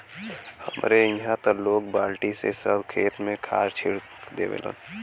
हमरे इहां त लोग बल्टी से सब खेत में खाद छिट देवलन